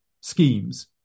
schemes